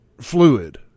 fluid